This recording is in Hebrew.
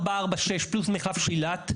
446 פלוס מחלף שילת,